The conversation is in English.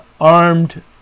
Armed